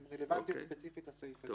הן רלוונטיות ספציפית לסעיף הזה.